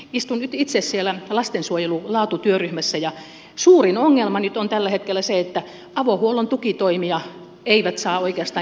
istun nyt itse siellä lastensuojelun laatutyöryhmässä ja suurin ongelma nyt on tällä hetkellä se että avohuollon tukitoimia eivät saa oikeastaan ketkään